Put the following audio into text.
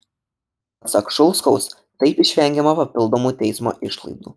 pasak šulskaus taip išvengiama papildomų teismo išlaidų